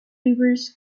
rivers